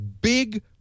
big